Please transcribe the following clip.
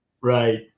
right